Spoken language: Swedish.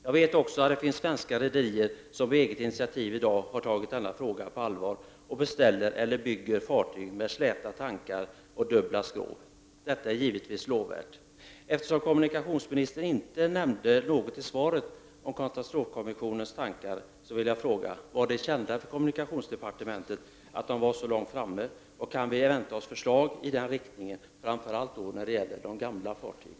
Jag vet också att det finns svenska rederier som på eget initiativ i dag har tagit denna fråga på allvar och beställer eller bygger fartyg med släta tankar och dubbla skrov. Detta är givetvis lovvärt. Eftersom kommunikationsministern i svaret inte nämnde något om katastrofkommissionens tankar vill jag ställa följande fråga: Kände kommunikationsdepartementet till att kommissionen hunnit så långt, och kan vi vänta oss förslag i denna riktning, framför allt när det gäller de gamla fartygen?